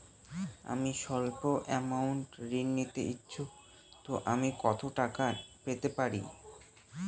আমি সল্প আমৌন্ট ঋণ নিতে ইচ্ছুক তো আমি কত টাকা পেতে পারি?